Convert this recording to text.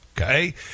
Okay